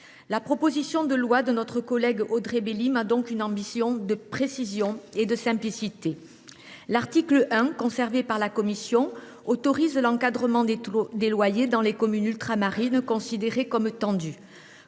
proposition de loi, notre collègue Audrey Bélim a pour ambition de traiter le problème avec précision et simplicité. L’article 1, conservé par la commission, autorise l’encadrement des loyers dans les communes ultramarines considérées comme tendues.